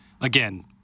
again